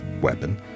weapon